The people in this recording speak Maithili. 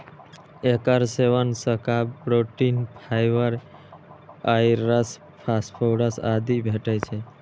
एकर सेवन सं carbs, protein, fibre, iron, phosphorus आदि भेटै छै